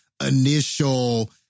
initial